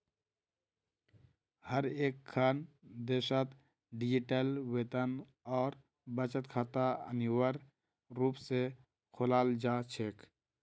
हर एकखन देशत डिजिटल वेतन और बचत खाता अनिवार्य रूप से खोलाल जा छेक